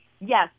Yes